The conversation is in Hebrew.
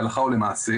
להלכה או למעשה.